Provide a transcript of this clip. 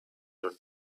your